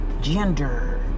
Gender